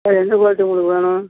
எந்த குவாலிட்டி உங்களுக்கு வேணும்